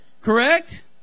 Correct